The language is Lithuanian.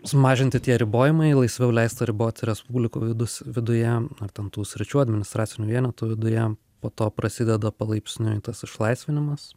sumažinti tie ribojimai laisviau leista riboti respublikų vidus viduje ar ten tų sričių administracinių vienetų viduje po to prasideda palaipsniui tas išlaisvinimas